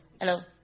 Hello